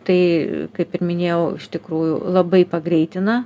tai kaip ir minėjau iš tikrųjų labai pagreitina